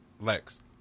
Lex